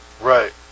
Right